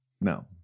No